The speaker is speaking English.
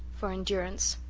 for endurance.